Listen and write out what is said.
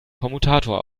kommutator